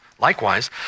likewise